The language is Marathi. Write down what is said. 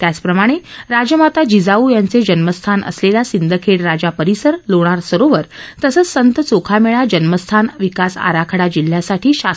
त्याचप्रमाणे राजमाता जिजाऊ यांचे जन्मस्थान असलेला सिंदखेड राजा परीसर लोणार सरोवर तसंच संत चोखामेळा जन्मस्थान विकास आराखडा जिल्ह्यासाठी शासनाने मंजूर केला आहे